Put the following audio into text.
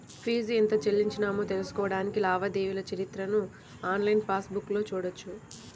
fee ఎంత చెల్లించామో తెలుసుకోడానికి లావాదేవీల చరిత్రను ఆన్లైన్ పాస్ బుక్లో చూడొచ్చు